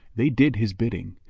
they did his bidding,